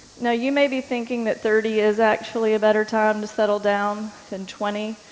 now you may be thinking that thirty is actually a better time to settle down than twenty,